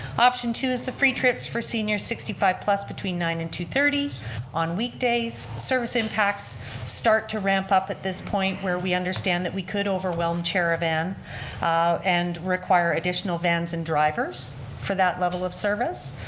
option two is the free trips for seniors sixty five plus between nine and two thirty on weekdays. service impacts start to ramp up at this point where we understand that we could overwhelm chair-a-van and require additional vans and drivers for that level of service.